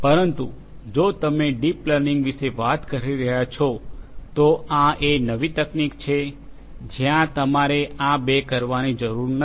પરંતુ જો તમે ડીપ લર્નિંગ વિશે વાત કરી રહ્યા છો તો આ એક નવી તકનીક છે જ્યાં તમારે આ બે કરવાની જરૂર નથી